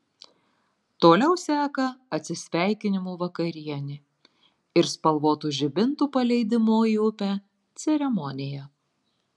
toliau seka atsisveikinimo vakarienė ir spalvotų žibintų paleidimo į upę ceremonija